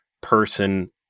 person